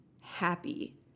happy